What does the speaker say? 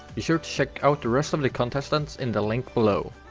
be sure to check out the rest of the contestants in the link below!